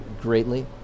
greatly